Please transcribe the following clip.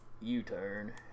U-turn